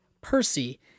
Percy